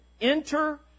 Enter